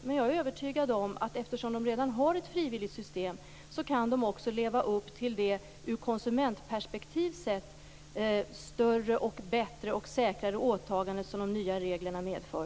Men jag är övertygad om att de, eftersom de redan har ett frivilligt system, också skall kunna leva upp till det ur konsumentperspektiv sett större, bättre och säkrare åtagande som de nya reglerna medför.